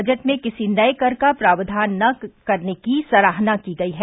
budget में किसी नए कर का प्रावधान न करने की सराहना की गयी है